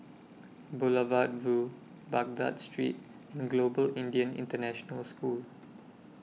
Boulevard Vue Baghdad Street and Global Indian International School